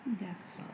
Yes